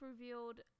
revealed